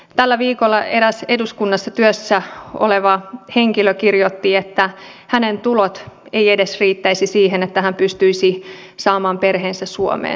tällä viikolla eräs eduskunnassa työssä oleva henkilö kirjoitti että edes hänen tulonsa eivät riittäisi siihen että hän pystyisi saamaan perheensä suomeen